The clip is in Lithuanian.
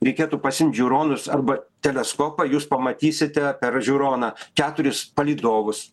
reikėtų pasiimt žiūronus arba teleskopą jūs pamatysite per žiūroną keturis palydovus